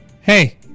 Hey